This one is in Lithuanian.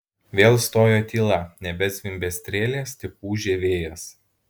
vėl stojo tyla nebezvimbė strėlės tik ūžė vėjas